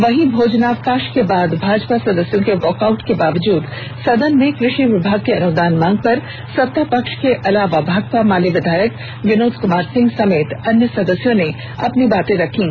वहीं भोजनावकाश के बाद भाजपा सदस्यों के वॉकआउट के बावजूद सदन में कृषि विभाग की अनुदान मांग पर सत्तापक्ष के अलावा भाकपा माले विधायक विनोद कमार सिंह समेत अन्य सदस्यों ने अपनी बातें रखीं